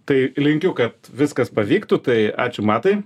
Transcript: tai linkiu kad viskas pavyktų tai ačiū matai